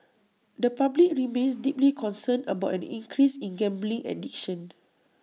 the public remains deeply concerned about an increase in gambling addiction